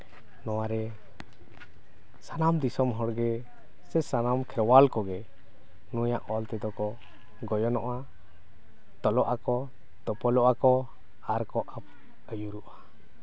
ᱱᱚᱣᱟᱨᱮ ᱥᱟᱱᱟᱢ ᱫᱤᱥᱚᱢ ᱦᱚᱲᱜᱮ ᱥᱮ ᱥᱟᱱᱟᱢ ᱠᱷᱮᱨᱣᱟᱞ ᱠᱚᱜᱮ ᱱᱩᱭᱟᱜ ᱚᱞ ᱛᱮᱫᱚ ᱠᱚ ᱜᱚᱭᱚᱱᱚᱜᱼᱟ ᱛᱚᱞᱚᱜ ᱟᱠᱚ ᱛᱚᱯᱚᱞᱚᱜᱼᱟ ᱠᱚ ᱟᱨ ᱠᱚ ᱟᱹᱭᱩᱨᱚᱜᱼᱟ